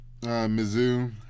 Mizzou